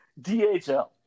DHL